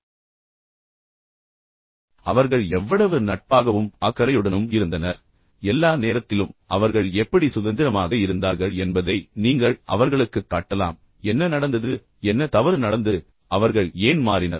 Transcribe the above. அவர்களைப் பார்ப்பது எவ்வளவு அழகாகவும் எவ்வளவு அன்பாகவும் இருந்தது அவர்கள் எவ்வளவு நட்பாகவும் அக்கறையுடனும் இருந்தனர் எல்லா நேரத்திலும் அவர்கள் எப்படி சுதந்திரமாக இருந்தார்கள் என்பதை நீங்கள் அவர்களுக்குக் காட்டலாம் என்ன நடந்தது என்ன தவறு நடந்தது அவர்கள் ஏன் மாறினர்